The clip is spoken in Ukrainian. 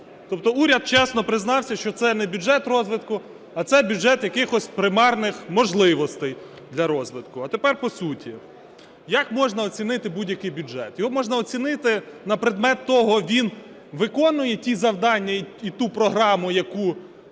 Тобто уряд чесно признався, що це не бюджет розвитку, а це бюджет якихось примарних можливостей для розвитку. А тепер по суті. Як можна оцінити будь-який бюджет? Його можна оцінити на предмет того, він виконує ті завдання і ту програму, яку робить